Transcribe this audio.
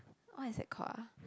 what is that called ah